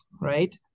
right